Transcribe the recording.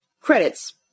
Credits